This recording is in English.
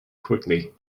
quickly